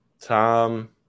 Tom